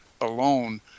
alone